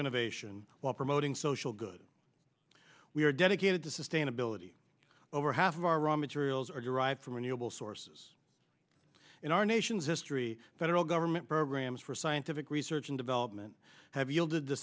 innovation while promoting social good we are dedicated to sustainability over half of our raw materials are derived from renewable sources in our nation's history federal government programs for scientific research and development have yielded the